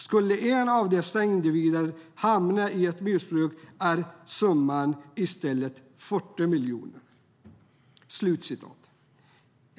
Skulle en av dessa individer hamna i ett missbruk är summan i stället 40 miljoner.